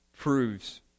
proves